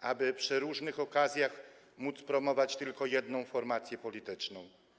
aby przy różnych okazjach móc promować tylko jedną formację polityczną.